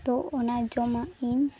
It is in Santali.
ᱛᱳ ᱚᱱᱟ ᱡᱚᱢᱟᱜ ᱤᱧ